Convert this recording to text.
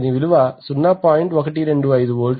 125 వోల్టులు